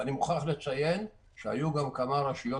ואני מוכרח לציין שהיו גם כמה רשויות